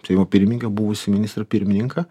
seimo pirmininką buvusį ministrą pirmininką